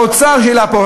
האוצר העלה פה,